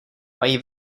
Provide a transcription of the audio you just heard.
mají